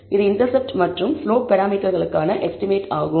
இது இண்டெர்செப்ட் மற்றும் ஸ்லோப் பராமீட்டர்களுக்கான எஸ்டிமேட் ஆகும்